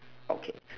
okay